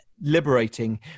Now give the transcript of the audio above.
liberating